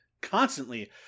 constantly